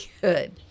good